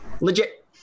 Legit